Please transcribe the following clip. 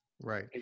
Right